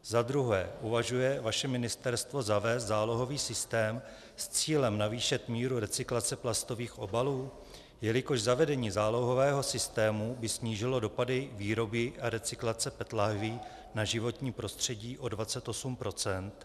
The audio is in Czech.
Za druhé: Uvažuje vaše ministerstvo zavést zálohový systém s cílem navýšit míru recyklace plastových obalů, jelikož zavedení zálohového systému by snížilo dopady výroby a recyklace PET lahví na životní prostředí o 28 %?